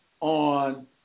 on